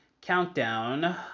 countdown